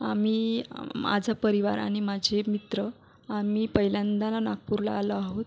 आम्ही माझा परिवार आणि माझे मित्र आम्ही पहिल्यांदा नागपूरला आलो आहोत